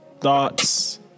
thoughts